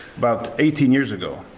about eighteen years ago,